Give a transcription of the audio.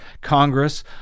Congress